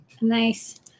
Nice